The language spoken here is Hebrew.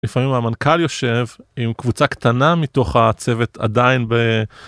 לפעמים המנכ״ל יושב עם קבוצה קטנה מתוך הצוות עדיין ב...